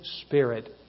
Spirit